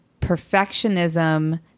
perfectionism